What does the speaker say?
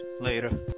later